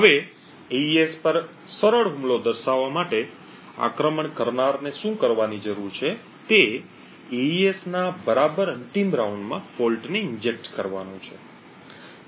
હવે AES પર સરળ હુમલો દર્શાવવા માટે આક્રમણ કરનારને શું કરવાની જરૂર છે તે એઇએસ ના બરાબર અંતિમ રાઉન્ડમાં ખામી ને ઈન્જેક્ટ કરવાની છે